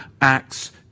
Acts